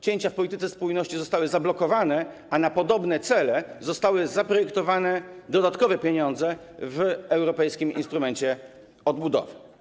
Cięcia w polityce spójności zostały zablokowane, a na podobne cele zostały zaprojektowane dodatkowe pieniądze w europejskim instrumencie odbudowy.